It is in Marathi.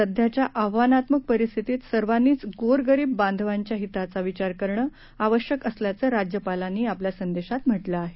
सध्याच्या आव्हानात्मक परिस्थितीत सर्वांनीच गोरगरीब बांधवांच्या हिताचा विचार करणं आवश्यक असल्याचं राज्यपालांनी आपल्या संदेशात म्हटलं आहे